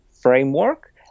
framework